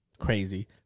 crazy